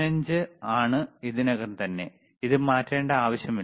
0 ആണ് ഇതിനകം തന്നെ ഇത് മാറ്റേണ്ട ആവശ്യമില്ല